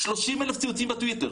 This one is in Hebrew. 30,000 ציוצים בטוויטר,